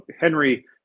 Henry